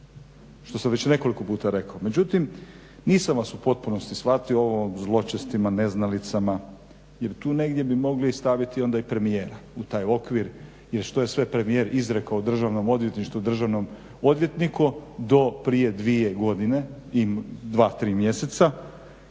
što sam već nekoliko puta rekao. Međutim, nisam vas u potpunosti shvatio, o zločestima, neznalicama jer tu negdje bi mogli staviti onda i premijera u taj okvir. Jer što je sve premijer izrekao Državnom odvjetništvu, državnom odvjetniku do prije dvije godine i dva, tri mjeseca